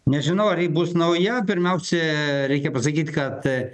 nežinau ar ji bus nauja pirmiausia reikia pasakyt kad